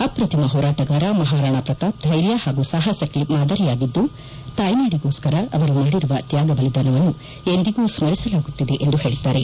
ಅಪ್ರಕಿಮ ಹೋರಾಟಗಾರ ಮಹಾರಾಣಾ ಪ್ರತಾಪ್ ಧೈರ್ಯ ಪಾಗೂ ಸಾಪಸಕ್ಕೆ ಮಾದರಿಯಾಗಿದ್ದು ತಾಯ್ನಾಡಿಗೋಣ್ಣರ ಆವರು ಮಾಡಿರುವ ತ್ಯಾಗಬಲಿದಾನವನ್ನು ಎಂದಿಗೂ ಸ್ಮರಿಸಲಾಗುತ್ತಿದೆ ಎಂದು ಪೇಳಿದ್ದಾರೆ